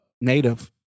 Native